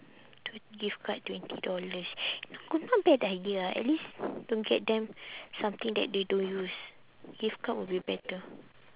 twen~ gift card twenty dollars you got not bad idea ah at least don't get them something that they don't use gift card will be better